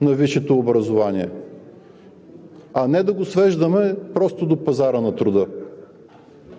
на висшето образование, а не да го свеждаме просто до пазара на труда.